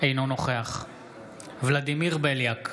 אינו נוכח ולדימיר בליאק,